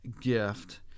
gift